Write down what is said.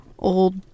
Old